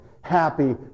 happy